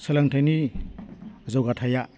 सोलोंथाइनि जौगाथाइया